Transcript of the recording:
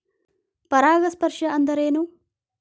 ಪರಾಗಸ್ಪರ್ಶ ಅಂದರೇನು?